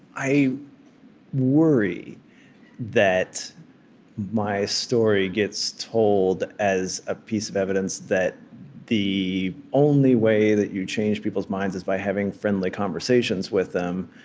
i worry that my story gets told as a piece of evidence that the only way that you change people's minds is by having friendly conversations with them,